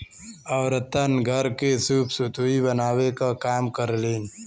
औरतन घर के सूप सुतुई बनावे क काम करेलीन